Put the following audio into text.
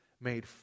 made